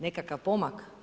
Nekakav pomak?